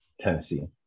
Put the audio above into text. Tennessee